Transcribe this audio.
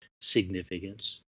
significance